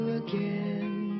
again